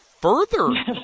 further